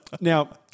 now